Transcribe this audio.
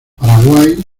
paraguay